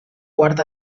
quart